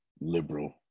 liberal